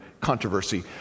controversy